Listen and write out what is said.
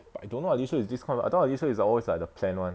but I don't know alicia is this kind [one] I thought alicia is always like the plan [one]